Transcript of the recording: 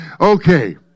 Okay